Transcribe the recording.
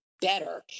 better